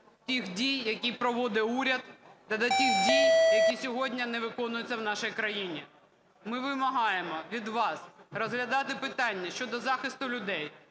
тих дій, які проводив уряд, та до тих дій, які сьогодні не виконуються в нашій країні. Ми вимагаємо від вас розглядати питання щодо захисту людей,